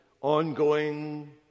ongoing